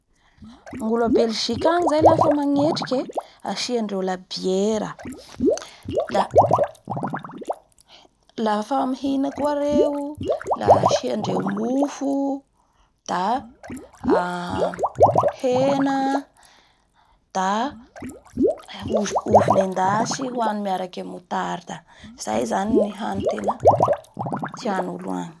Ny olo a Belgika angny zay lafa mangetriky ee!asiandreo labiera la-lafa mihina koa reo la asiandreo mofo da hena, da ovy-ovy nendasy hoany miaraky amin'ny moutarde, izay zany ny hany tena tian'olo agny